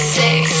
six